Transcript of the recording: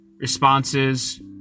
responses